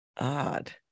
odd